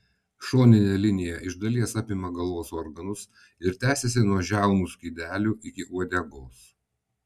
šoninė linija iš dalies apima galvos organus ir tęsiasi nuo žiaunų skydelių iki uodegos